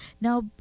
Now